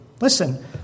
Listen